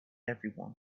everyone